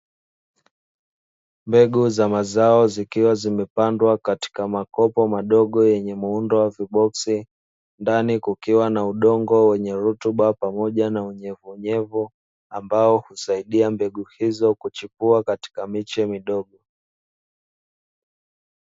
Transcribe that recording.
Mbegu za mazao zikiwa zimepandwa katika makopo madogo yenye muundo wa viboksi, ndani kukiwa na udongo wenye rutuba pamoja na unyevunyevu, ambao husaidia mbegu hizo kuchipua katika miche midogo.